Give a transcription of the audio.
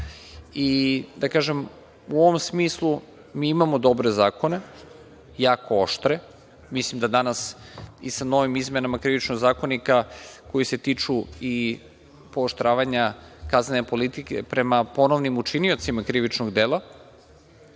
svakog.U ovom smislu mi imamo dobre zakone, jako oštre. Mislim da danas i sa novim izmenama Krivičnog zakonika koje se tiču i pooštravanja kaznene politike prema ponovnim učiniocima krivičnih dela.